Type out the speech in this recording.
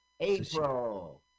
April